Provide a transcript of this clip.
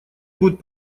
будет